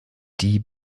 die